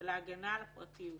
לנחם אותו,